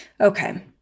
Okay